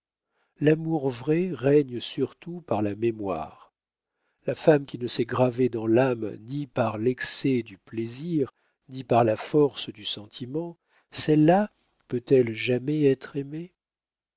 l'amour vrai règne surtout par la mémoire la femme qui ne s'est gravée dans l'âme ni par l'excès du plaisir ni par la force du sentiment celle-là peut-elle jamais être aimée